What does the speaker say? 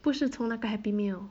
不是从那个 happy meal